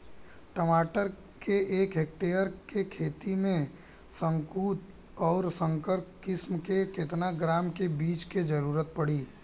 टमाटर के एक हेक्टेयर के खेती में संकुल आ संकर किश्म के केतना ग्राम के बीज के जरूरत पड़ी?